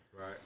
Right